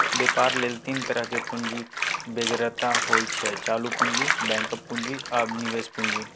बेपार लेल तीन तरहक पुंजीक बेगरता होइ छै चालु पुंजी, बैकअप पुंजी आ निबेश पुंजी